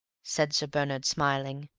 said sir bernard, smiling,